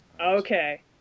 Okay